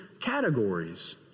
categories